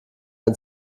ein